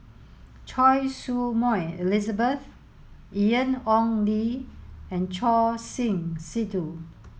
Choy Su Moi Elizabeth Ian Ong Li and Choor Singh Sidhu